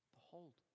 Behold